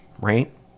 right